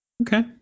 Okay